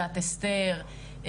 במגילת אסתר,